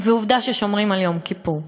ועובדה ששומרים על יום כיפור,